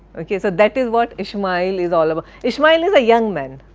ok, so that is what ishmael is all about. ishmael is a young man.